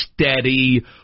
steady